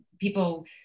people